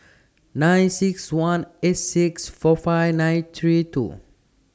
nine six one eight six four five nine three two